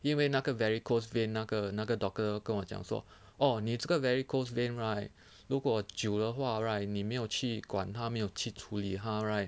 因为那个 varicose vein 那个那个 doctor 跟我讲说 orh 你这个 varicose vein right 如果久的话 right 你没有去管他没有去处理他 right